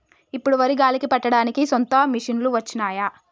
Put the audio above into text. ఇప్పుడు వరి గాలికి పట్టడానికి సొంత మిషనులు వచ్చినాయి